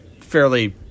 Fairly